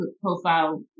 profile